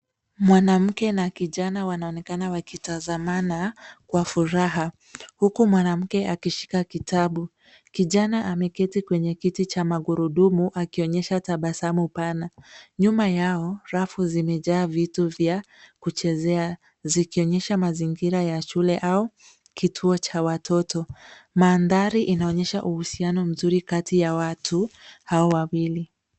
Mwanamke na kijana wanaonekana wakitazamana kwa furaha huku mwanamke akishika kitabu. Kijana ameketi kwenye kiti cha magurudumu akionyesha tabasamu pana. Nyuma yao rafu zimejaa vitu vya kuchezea zikionyesha mazingira ya shule au kituo cha watoto. Mandhari inaonyesha uhusiano mzuri kati ya watu hao wawili.